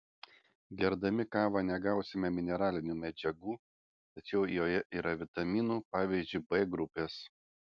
gerdami kavą negausime mineralinių medžiagų tačiau joje yra vitaminų pavyzdžiui b grupės